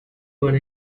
one